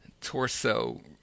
torso